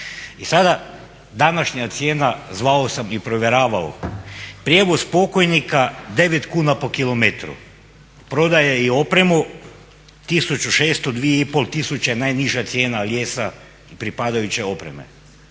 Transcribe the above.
I sada, današnja cijena zvao sam i provjeravao. Prijevoz pokojnika 9 kn po kilometru, prodaje i opremu 1600, dvije i pol tisuće najniža cijena lijesa pripadajuće opreme.